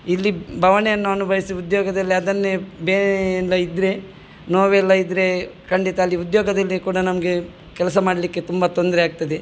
ಇಲ್ಲಿ ಬವಣೆಯನ್ನು ಅನುಭವಿಸಿ ಉದ್ಯೋಗದಲ್ಲಿ ಅದನ್ನೇ ಬೇನೆ ಇಂದ ಇದ್ದರೆ ನೋವೆಲ್ಲ ಇದ್ದರೆ ಖಂಡಿತ ಅಲ್ಲಿ ಉದ್ಯೋಗದಲ್ಲಿ ಕೂಡ ನಮಗೆ ಕೆಲಸ ಮಾಡಲಿಕ್ಕೆ ತುಂಬಾ ತೊಂದರೆ ಆಗ್ತದೆ